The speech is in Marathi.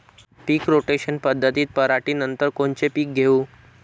पीक रोटेशन पद्धतीत पराटीनंतर कोनचे पीक घेऊ?